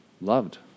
loved